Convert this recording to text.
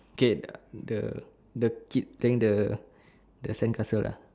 okay the the kid playing the the sandcastle uh